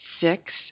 six